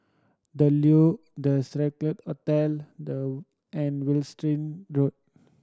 The Leo The Scarlet Hotel and Wiltshire Road